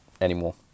anymore